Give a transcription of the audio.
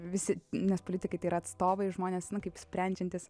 visi nes politikai tai yra atstovai žmonės kaip sprendžiantys